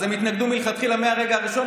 אז הם התנגדו מלכתחילה מהרגע הראשון,